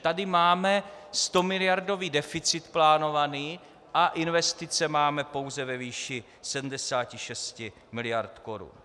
Tady máme stomiliardový deficit plánovaný a investice máme pouze ve výši 76 mld. Kč.